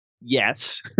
yes